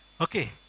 Okay